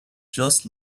just